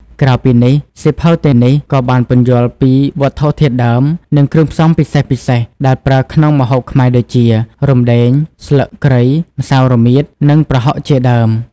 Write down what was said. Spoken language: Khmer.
ក្រៅពីនេះ សៀវភៅទាំងនេះក៏បានពន្យល់ពី វត្ថុធាតុដើម និងគ្រឿងផ្សំពិសេសៗ ដែលប្រើក្នុងម្ហូបខ្មែរដូចជា រំដេង ស្លឹកគ្រៃ ម្សៅរមៀត និងប្រហុក ជាដើម។